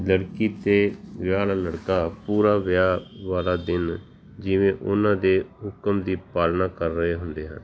ਲੜਕੀ ਅਤੇ ਵਿਆਹ ਵਾਲਾ ਲੜਕਾ ਪੂਰਾ ਵਿਆਹ ਵਾਲਾ ਦਿਨ ਜਿਵੇਂ ਉਹਨਾਂ ਦੇ ਹੁਕਮ ਦੀ ਪਾਲਣਾ ਕਰ ਰਹੇ ਹੁੰਦੇ ਹਨ